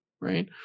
right